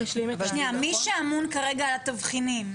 מי אמון על התבחינים כרגע?